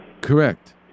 Correct